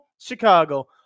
Chicago